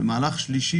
ומהלך השלישי,